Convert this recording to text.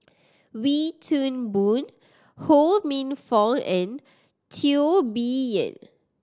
Wee Toon Boon Ho Minfong and Teo Bee Yen